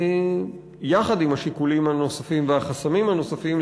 יחד עם השיקולים הנוספים והחסמים הנוספים,